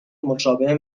مشابه